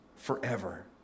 forever